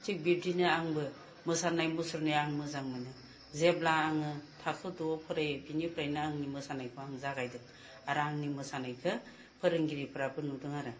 थिग बिब्दिनो आंबो मोसानाय मुसुरनाय आं मोजां मोनो जेब्ला आङो थाखो द'आव फरायो बेनिफ्रायनो आं मोसानायखौ आं जागायदों आरो आंनि मोसानायखौ फोरोंगिरिफ्राबो नुदों आरो